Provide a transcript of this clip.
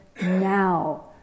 now